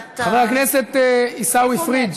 חבר הכנסת עיסאווי פריג',